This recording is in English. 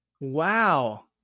Wow